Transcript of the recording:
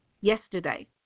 yesterday